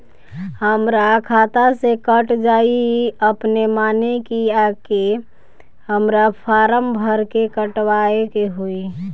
हमरा खाता से कट जायी अपने माने की आके हमरा फारम भर के कटवाए के होई?